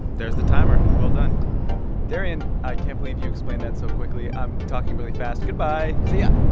there's the timer. well done darian, i can't believe you explained that so quickly. i'm talking really fast. goodbye see yeah